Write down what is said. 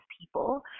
people